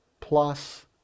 plus